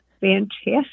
Fantastic